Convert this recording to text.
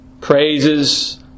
Praises